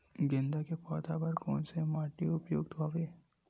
गेंदा के पौधा बर कोन से माटी उपयुक्त हवय?